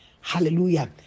Hallelujah